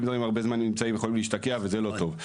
שנמצאים הרבה זמן יכולים להשתקע וזה לא טוב.